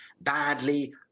badly